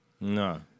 No